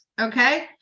okay